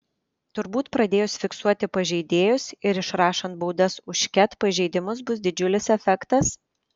turbūt pradėjus fiksuoti pažeidėjus ir išrašant baudas už ket pažeidimus bus didžiulis efektas